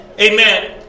Amen